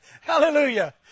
Hallelujah